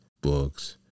books